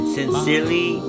Sincerely